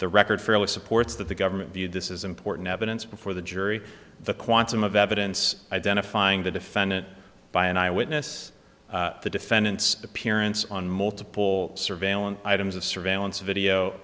the record fairly supports that the government view this is important evidence before the jury the quantum of evidence identifying the defendant by an eyewitness the defendant's appearance on multiple surveillance items of surveillance video